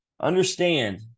Understand